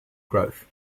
growth